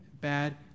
bad